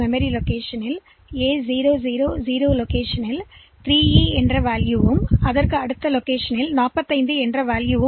memory இருப்பிடம் A 0 0 0 எனில் இந்த MVI A இன் குறியீடு 3E ஆகவும் அடுத்த மதிப்பு 45 ஆகவும் இருக்க வேண்டும்